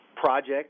projects